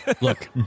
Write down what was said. look